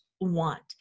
want